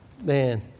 Man